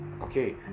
Okay